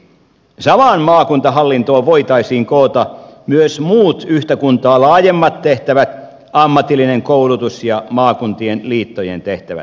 samaan maakuntahallintoon voitaisiin koota myös muut yhtä kuntaa laajemmat tehtävät ammatillinen koulutus ja maakuntien liittojen tehtävät